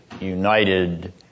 united